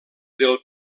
del